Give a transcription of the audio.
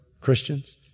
Christians